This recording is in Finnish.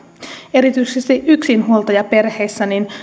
erityisesti yksinhuoltajaperheet